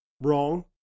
wrong